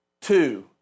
Two